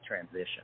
transition